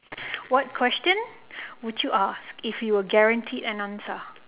what question would you ask if you were guaranteed an answer